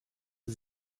sie